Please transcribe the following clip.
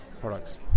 products